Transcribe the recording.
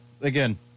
Again